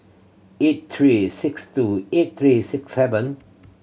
eight three six two eight three six seven